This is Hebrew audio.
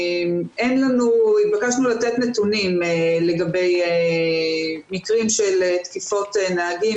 התבקשנו לתת נתונים לגבי מקרים של תקיפות נהגים.